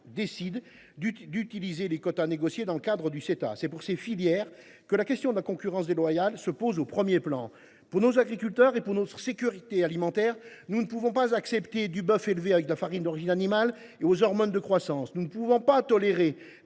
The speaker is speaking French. décide de recourir aux quotas négociés dans le cadre du Ceta. C’est pour ces filières que la question de la concurrence déloyale se pose au premier chef. Pour nos agriculteurs et pour notre sécurité alimentaire, nous ne pouvons pas accepter du bœuf nourri à la farine d’origine animale et élevé aux hormones de croissance. Nous ne pouvons pas tolérer